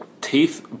teeth